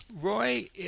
Roy